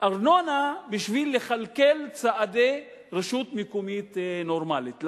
ארנונה בשביל לכלכל את צעדיה של רשות מקומית נורמלית.